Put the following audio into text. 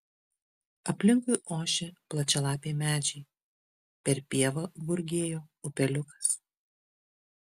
aplinkui ošė plačialapiai medžiai per pievą gurgėjo upeliukas